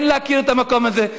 כן להכיר את המקום הזה,